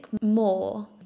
more